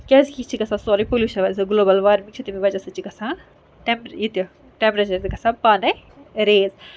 کیازِ کہِ یہِ چھِ گژھان سورُے پلیوٗشَن وجہ گلوبَل وارمِنٛگ چھِ تمِی وجہ سۭتۍ چھِ گژھان ٹیمپ ییٚتہِ ٹی۪مپریچَر تہِ گژھان پانَے ریز